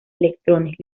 electrones